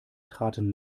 traten